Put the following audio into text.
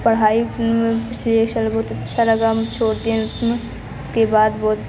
पढ़ाई बहुत अच्छा लगा हम छोड़ कर उसके बाद बहुत